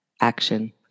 action